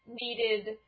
needed